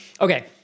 Okay